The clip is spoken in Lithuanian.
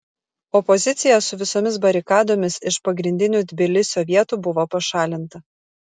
opozicija su visomis barikadomis iš pagrindinių tbilisio vietų buvo pašalinta